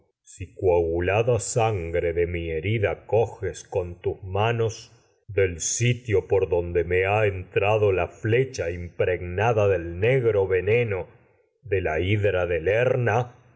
si coagulada sitio sangre de mi herida coges manos del por donde me ha entrado la flecha impregnada en del negro veneno de la hidra de lerna